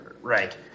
Right